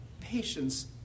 patience